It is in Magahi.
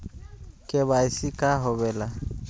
के.वाई.सी का होवेला?